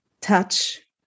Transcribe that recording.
touch